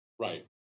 right